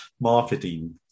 marketing